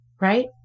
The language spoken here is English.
right